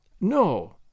No